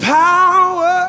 power